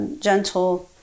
gentle